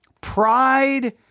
pride